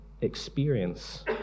experience